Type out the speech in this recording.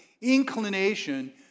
inclination